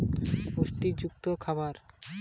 সরেল হচ্ছে এক জাতীয় শাক যেটা পুষ্টিযুক্ত খাবার